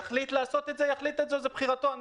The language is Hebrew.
יחליט לעשות את זה זו בחירתו להחליט.